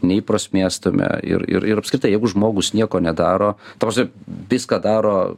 nei prasmės tame ir ir ir apskritai jeigu žmogus nieko nedaro ta prasme viską daro